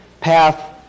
path